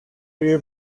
you